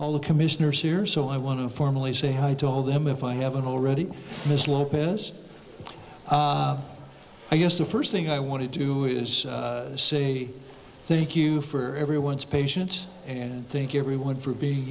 all the commissioners here so i want to formally say hi to all of them if i haven't already miss lopez i guess the first thing i want to do is say thank you for everyone's patience and thank everyone for being